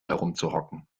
herumzuhocken